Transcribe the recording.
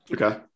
Okay